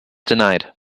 denied